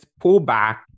pullback